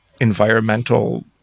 environmental